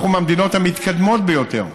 אנחנו מהמדינות המתקדמות ביותר,